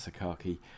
sakaki